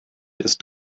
ist